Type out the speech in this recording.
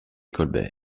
colbert